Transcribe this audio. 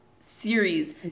series